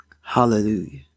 Hallelujah